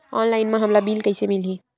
Online म हमला bill कइसे मिलही?